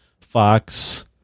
Fox